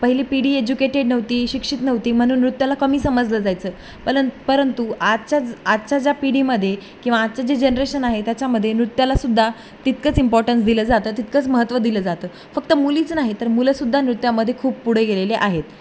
पहिली पिढी एज्युकेटेड नव्हती शिक्षित नव्हती म्हणून नृत्याला कमी समजलं जायचं प परंतु आजच्याच आजच्या ज्या पिढीमध्ये किंवा आजच जे जनरेशन आहे त्याच्यामध्ये नृत्यालासुद्धा तितकंच इम्पॉर्टन्स दिलं जातं तितकंच महत्त्व दिलं जातं फक्त मुलीच नाही तर मुलंसुद्धा नृत्यामध्ये खूप पुढे गेलेले आहेत